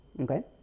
Okay